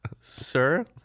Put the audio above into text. sir